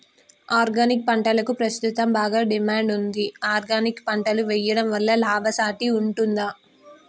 Organic పంటలకు ప్రస్తుతం బాగా డిమాండ్ ఉంది ఆర్గానిక్ పంటలు వేయడం వల్ల లాభసాటి ఉంటుందా?